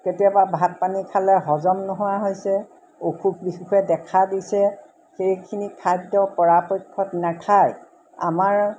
কেতিয়াবা ভাত পানী খালে হজম নোহোৱা হৈছে অসুখ বিসুখে দেখা দিছে সেইখিনি খাদ্য পৰাপক্ষত নাখায় আমাৰ